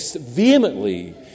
vehemently